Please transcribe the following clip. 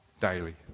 daily